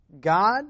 God